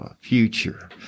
future